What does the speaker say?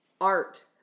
art